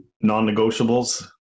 non-negotiables